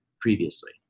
previously